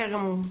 בסדר גמור,